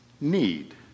need